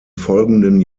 folgenden